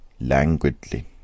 Languidly